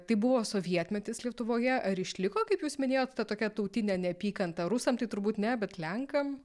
tai buvo sovietmetis lietuvoje ar išliko kaip jūs minėjot ta tokia tautinė neapykanta rusam turbūt ne bet lenkam